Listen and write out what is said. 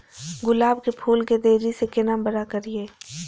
गुलाब के फूल के तेजी से केना बड़ा करिए?